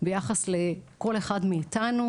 ביחס לכל אחד מאיתנו,